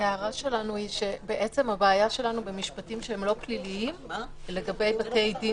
הבעיה שלנו במשפטים שאינם פליליים לגבי בתי דין